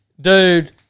dude